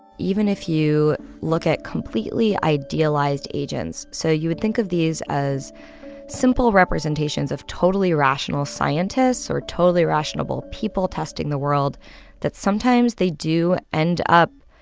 even if you look at completely idealized agents so you would think of these as simple representations of totally rational scientists or totally rational people testing the world that sometimes they do end up,